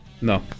No